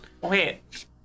Wait